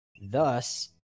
thus